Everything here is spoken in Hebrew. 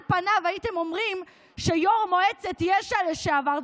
על פניו הייתם אמרים שיו"ר מועצת יש"ע לשעבר,